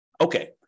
Okay